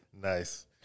Nice